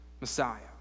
Messiah